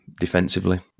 defensively